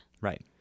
Right